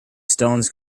stones